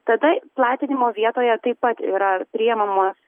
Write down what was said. tada platinimo vietoje taip pat yra priėmamas